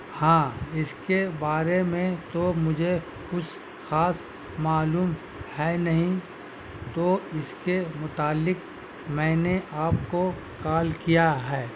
ہاں اس کے بارے میں تو مجھے کچھ خاص معلوم ہے نہیں تو اس کے متعلق میں نے آپ کو کال کیا ہے